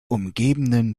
umgebenden